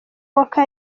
walker